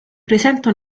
presenta